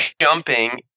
jumping